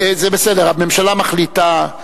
זה בסדר, הממשלה מחליטה.